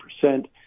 percent